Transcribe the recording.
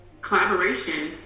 Collaboration